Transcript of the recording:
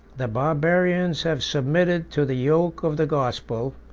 the barbarians have submitted to the yoke of the gospel,